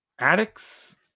Addicts